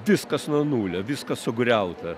viskas nuo nulio viskas sugriauta